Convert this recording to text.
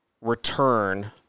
return